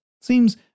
seems